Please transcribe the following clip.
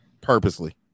Purposely